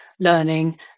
learning